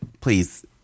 please